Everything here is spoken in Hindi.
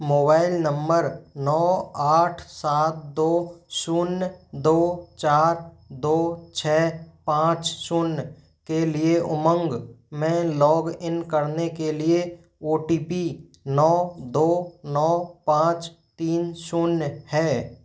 मोबाइल नंबर नौ आठ सात दो शून्य दो चार दो छः पाँच शून्य के लिए उमंग में लॉगइन करने के लिए ओ टी पी नौ दो नौ पाँच तीन शून्य है